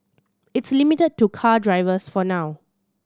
it's limited to car drivers for now